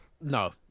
No